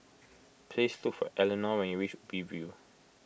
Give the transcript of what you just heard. please look for Elinor when you reach Ubi View